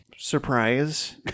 surprise